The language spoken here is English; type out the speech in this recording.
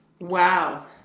Wow